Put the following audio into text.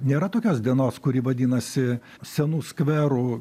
nėra tokios dienos kuri vadinasi senų skverų